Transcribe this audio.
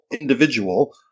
individual